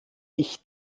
ich